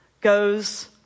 goes